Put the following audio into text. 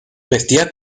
vestía